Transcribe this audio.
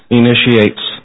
initiates